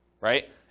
right